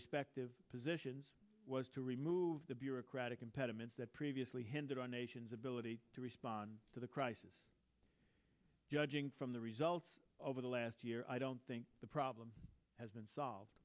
respective positions was to remove the bureaucratic impediments that previously hinder our nation's ability to respond to the crisis judging from the results over the last year i don't think the problem has been solved